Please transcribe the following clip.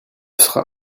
sera